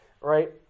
right